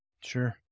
Sure